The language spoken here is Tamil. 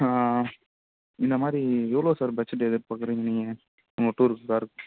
இந்த மாதிரி எவ்வளோ சார் பட்ஜெட்டு எதிர் பார்க்கறீங்க நீங்கள் உங்கள் டூருக்கு சார்